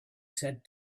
said